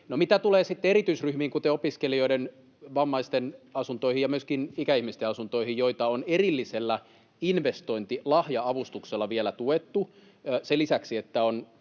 mitä tulee sitten erityisryhmiin, kuten opiskelijoiden, vammaisten asuntoihin ja myöskin ikäihmisten asuntoihin, joita on erillisellä investointilahja-avustuksella vielä tuettu sen lisäksi, että on